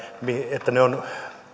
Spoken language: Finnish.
että ne ovat